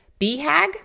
BHAG